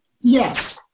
Yes